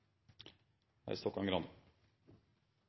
Da er